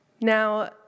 Now